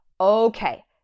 okay